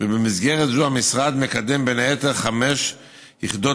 ובמסגרת זו המשרד מקדם בין היתר חמש יחידות